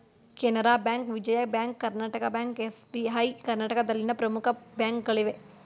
Canara bank, Vijaya bank, Karnataka bank, SBI ಕರ್ನಾಟಕದಲ್ಲಿನ ಪ್ರಮುಖ ಬ್ಯಾಂಕ್ಗಳಾಗಿವೆ